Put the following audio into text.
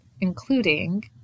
including